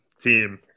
team